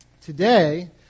Today